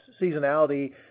seasonality